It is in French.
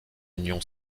union